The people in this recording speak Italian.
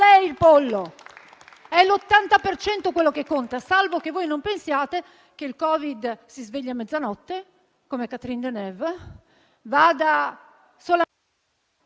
È l'80 per cento quello che conta, salvo che voi non pensiate che il Covid si svegli a mezzanotte come Catherine Deneuve, vada solo in